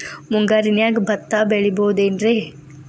ಮುಂಗಾರಿನ್ಯಾಗ ಭತ್ತ ಬೆಳಿಬೊದೇನ್ರೇ?